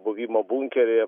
buvimo bunkeryje